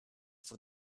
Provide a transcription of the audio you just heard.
for